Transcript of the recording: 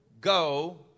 go